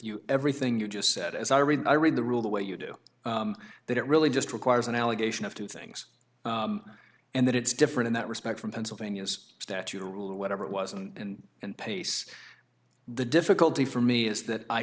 you everything you just said as i read i read the rule the way you do that it really just requires an allegation of two things and that it's different in that respect from pennsylvania's statute or rule or whatever it was and and pace the difficulty for me is that i